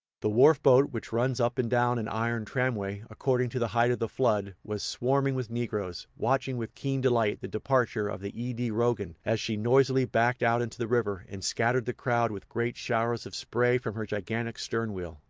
the wharf-boat, which runs up and down an iron tramway, according to the height of the flood, was swarming with negroes, watching with keen delight the departure of the e. d. rogan, as she noisily backed out into the river and scattered the crowd with great showers of spray from her gigantic stern-wheel.